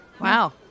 Wow